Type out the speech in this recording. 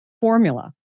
formula